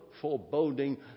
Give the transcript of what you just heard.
foreboding